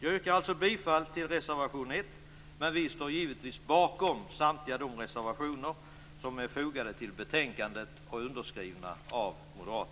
Jag yrkar alltså bifall till reservation 1, men vi står givetvis bakom samtliga våra reservationer som är fogade till betänkandet.